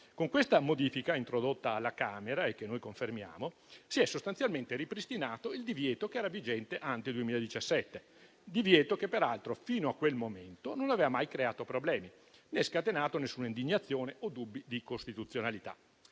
Con questa modifica introdotta alla Camera, che noi confermiamo, si è sostanzialmente ripristinato il divieto che era vigente ante 2017; divieto che peraltro fino a quel momento non aveva mai creato problemi né scatenato nessuna indignazione o dubbi di costituzionalità.